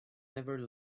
never